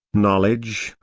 knowledge,